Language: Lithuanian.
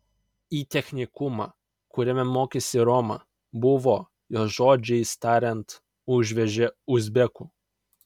į technikumą kuriame mokėsi roma buvo jos žodžiais tariant užvežę uzbekų